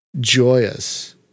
joyous